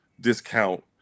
discount